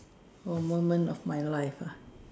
A moment of my life ah